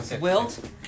Wilt